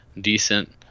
decent